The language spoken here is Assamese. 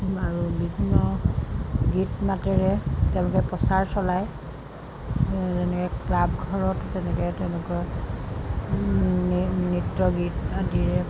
আৰু বিভিন্ন গীতমাতেৰে তেওঁলোকে প্ৰচাৰ চলায় যেনেকৈ ক্লাবঘৰত তেনেকৈ তেওঁলোকে নৃত্য গীত আদিৰে